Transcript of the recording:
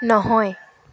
নহয়